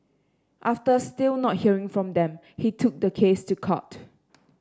after still not hearing from them he took the case to court